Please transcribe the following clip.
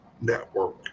network